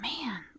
man